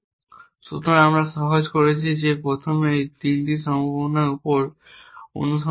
সুতরাং আমরা সহজ করছি যে প্রথমে এই 3টি সম্ভাবনার উপর অনুসন্ধান করুন